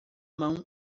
mão